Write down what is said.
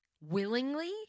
willingly